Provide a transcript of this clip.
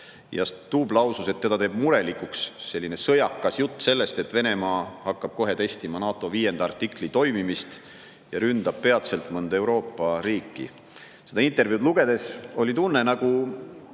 Ja Stubb lausus, et teda teeb murelikuks sõjakas jutt sellest, et Venemaa hakkab kohe testima NATO 5. artikli toimimist ja ründab peatselt mõnda Euroopa riiki. Seda intervjuud lugedes oli tunne, nagu